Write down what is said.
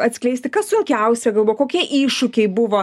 atskleisti kas sunkiausia gal buvo kokie iššūkiai buvo